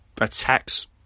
attacks